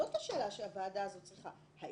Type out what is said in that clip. צריכה לשאול.